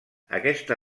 aquesta